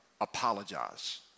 apologize